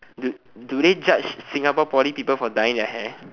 do do they judge Singapore poly people for dyeing their hair